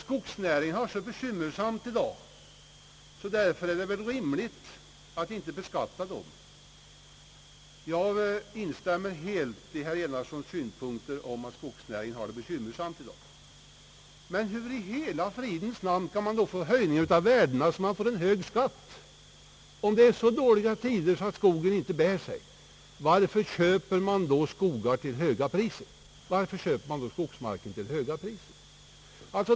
Skogsnäringen har så bekymmersamt i dag, säger han, och därför vore det rimligt att inte beskatta den. Jag instämmer helt i herr Enarssons synpunkt om att skogsnäringen har det bekymmersamt i dag. Men hur i fridens namn kan man då få en höjning av värdena, så att man får en hög skatt? Om det är så dåliga tider, att skogen inte bär sig, varför köps det då skogsmark till höga priser?